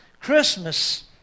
Christmas